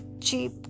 cheap